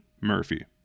Murphy